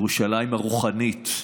ירושלים הרוחנית,